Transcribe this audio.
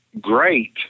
great